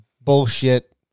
bullshit